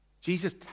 Jesus